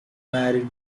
married